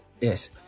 Yes